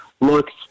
looks